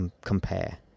compare